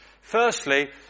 Firstly